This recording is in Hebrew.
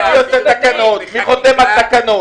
ומי חותם על תקנות?